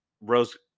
rose